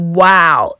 wow